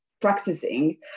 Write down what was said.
practicing